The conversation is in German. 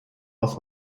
aus